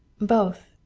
both,